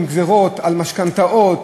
עם גזירות על משכנתאות,